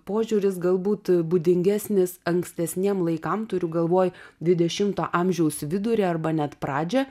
požiūris galbūt būdingesnis ankstesniem laikam turiu galvoj dvidešimto amžiaus vidurį arba net pradžią